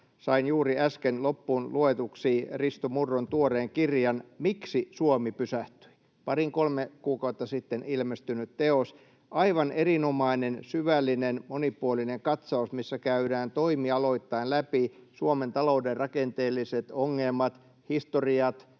sain juuri äsken loppuun luetuksi Risto Murron tuoreen kirjan Miksi Suomi pysähtyi? — pari kolme kuukautta sitten ilmestynyt teos, aivan erinomainen, syvällinen, monipuolinen katsaus, missä käydään toimialoittain läpi Suomen talouden rakenteelliset ongelmat ja historiat,